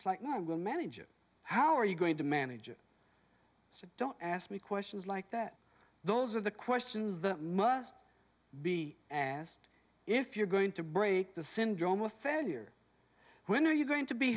it's like no one will manage it how are you going to manage it so don't ask me questions like that those are the questions that must be asked if you're going to break the syndrome of failure when are you going to be